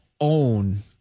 own